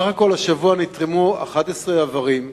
בסך הכול נתרמו השבוע 11 איברים,